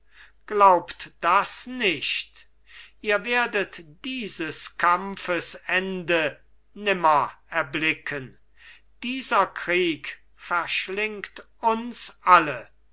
glaubt das nicht ihr werdet dieses kampfes ende nimmer erblicken dieser krieg verschlingt uns alle